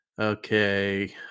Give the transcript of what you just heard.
Okay